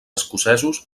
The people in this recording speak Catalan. escocesos